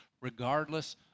regardless